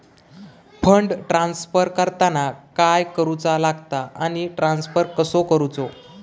Fund transfer करताना काय करुचा लगता आनी ट्रान्स्फर कसो करूचो?